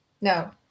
No